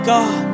God